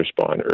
responders